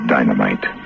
Dynamite